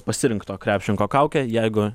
pasirinkto krepšininko kaukę jeigu